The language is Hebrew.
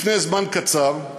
לפני זמן קצר,